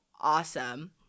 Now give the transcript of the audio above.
awesome